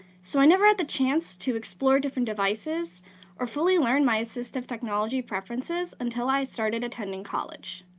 so i never had the chance to explore different devices or fully learn my assistive technology preferences until i started attending college.